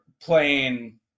playing